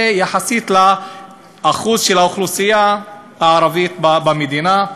יחסית לאחוז של האוכלוסייה הערבית במדינה,